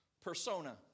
persona